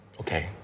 Okay